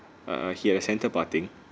err err he has centre parting